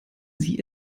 sie